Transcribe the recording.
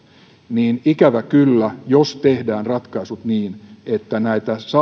niin ikävä kyllä jos tehdään ratkaisut niin että näitä